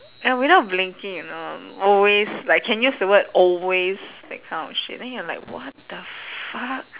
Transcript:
and without blinking you know always like can use the word always that kind of shit then you're like what the fuck